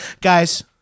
Guys